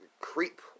creep